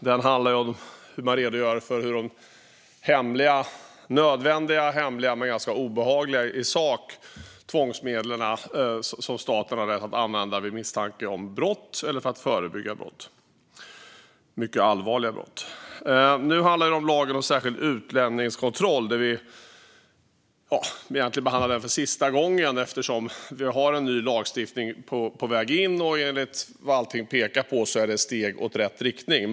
Den handlar om de nödvändiga hemliga, men i sak ganska obehagliga, tvångsmedel som staten har rätt att använda vid misstanke om brott eller för att förebygga brott - mycket allvarliga brott. Nu handlar det om lagen om särskild utlänningskontroll. Egentligen behandlar vi den för sista gången eftersom vi har en ny lagstiftning på väg som, enligt vad allting pekar på, är steg i rätt riktning.